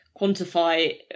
quantify